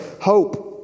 hope